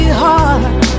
heart